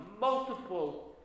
multiple